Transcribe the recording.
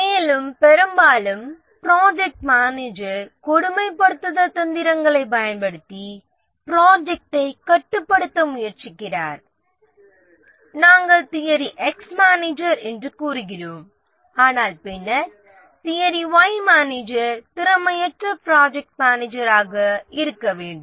மேலும் பெரும்பாலும் project manager கொடுமைப்படுத்தி மற்றும் தந்திரங்களைப் பயன்படுத்தி ப்ரொஜெக்ட்டை கட்டுப்படுத்த முயற்சிக்கிறார் அவரை நாம் தியரி 'x' மானேஜர் என்று கூறுகிறோம் அவரை தகுதியற்ற ப்ரொஜெக்ட் மேனேஜர் என்போம்